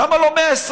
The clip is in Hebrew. למה לא 120?